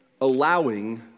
allowing